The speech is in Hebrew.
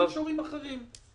במישורים אחרים.